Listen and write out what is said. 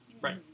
Right